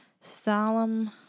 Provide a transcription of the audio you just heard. solemn